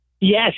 yes